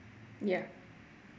ya